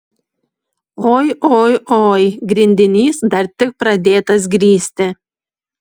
oi oi oi grindinys dar tik pradėtas grįsti